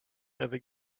avec